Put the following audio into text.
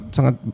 Sangat